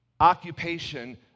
occupation